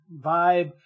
vibe